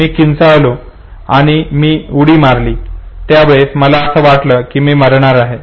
मी किंचाळलो आणि मी उडी मारली आणि त्या वेळी मला अस वाटलं की मी मरणार आहे